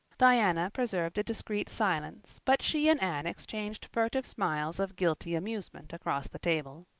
diana preserved a discreet silence, but she and anne exchanged furtive smiles of guilty amusement across the table.